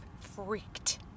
freaked